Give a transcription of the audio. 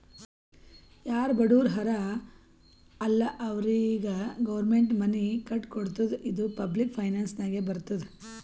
ಯಾರು ಬಡುರ್ ಹರಾ ಅಲ್ಲ ಅವ್ರಿಗ ಗೌರ್ಮೆಂಟ್ ಮನಿ ಕಟ್ಕೊಡ್ತುದ್ ಇದು ಪಬ್ಲಿಕ್ ಫೈನಾನ್ಸ್ ನಾಗೆ ಬರ್ತುದ್